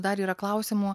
dar yra klausimų